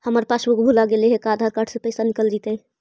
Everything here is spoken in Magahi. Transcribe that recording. हमर पासबुक भुला गेले हे का आधार कार्ड से पैसा निकल जितै?